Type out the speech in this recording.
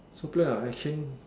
so clear I exchange